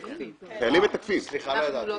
חיילים מתקפים ואילו שוטרים לא מתקפים,